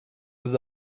was